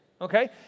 okay